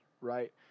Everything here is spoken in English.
Right